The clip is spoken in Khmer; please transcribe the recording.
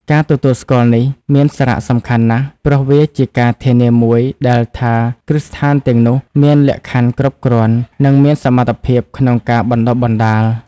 ការទទួលស្គាល់នេះមានសារៈសំខាន់ណាស់ ព្រោះវាជាការធានាមួយដែលថាគ្រឹះស្ថានទាំងនោះមានលក្ខខណ្ឌគ្រប់គ្រាន់ និងមានសមត្ថភាពក្នុងការបណ្តុះបណ្តាល។